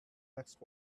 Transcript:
next